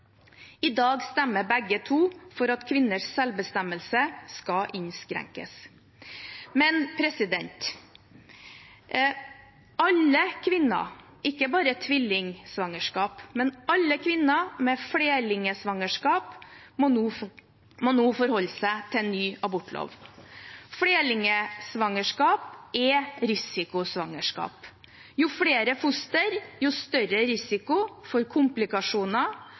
I dag stemmer begge to for at kvinners selvbestemmelse skal innskrenkes. Men alle kvinner med flerlingsvangerskap – ikke bare tvillingsvangerskap – må nå forholde seg til ny abortlov. Flerlingsvangerskap er risikosvangerskap – jo flere foster, jo større risiko for komplikasjoner,